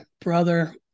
brother